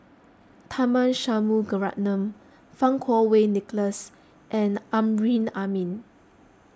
Tharman Shanmugaratnam Fang Kuo Wei Nicholas and Amrin Amin